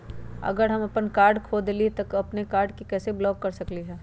अगर हम अपन कार्ड खो देली ह त हम अपन कार्ड के कैसे ब्लॉक कर सकली ह?